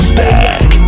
back